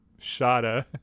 Shada